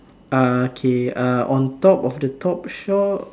uh K uh on top of the top shelf